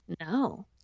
No